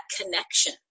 connection